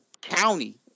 county